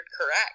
correct